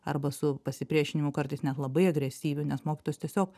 arba su pasipriešinimu kartais net labai agresyviai nes mokytojas tiesiog